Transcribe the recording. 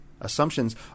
Assumptions